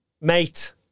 Mate